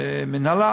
מינהלה,